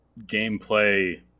gameplay